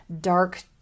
dark